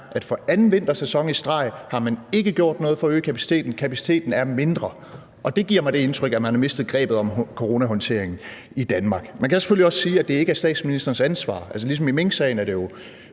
at for anden vintersæson i streg har man ikke gjort noget for at øge kapaciteten – kapaciteten er mindre – og det giver mig det indtryk, at man har mistet grebet om coronahåndteringen i Danmark. Man kan selvfølgelig også sige, at det ikke er statsministerens ansvar. Ligesom i minksagen er det jo